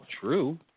true